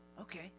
okay